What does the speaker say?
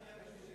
היום?